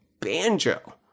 Banjo